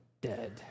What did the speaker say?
Dead